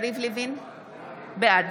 בעד